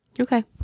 Okay